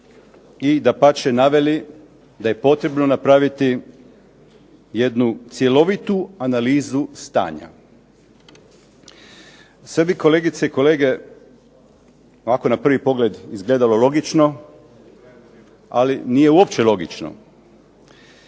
i dapače naveli da je potrebno napraviti jednu cjelovitu analizu stanja. Sada bi kolegice i kolege ovako na prvi pogled izgledalo logično, ali uopće nije logično.